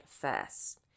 first